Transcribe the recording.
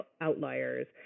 outliers